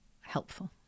helpful